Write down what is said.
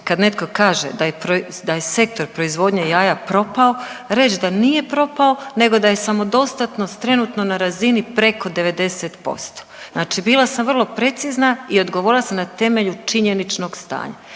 kad netko kaže da je sektor proizvodnje jaja propao, reć da nije propao nego da je samodostatnost trenutno na razini preko 90%. Znači bila sam vrlo precizna i odgovorila sam na temelju činjeničnog stanja.